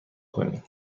کنیم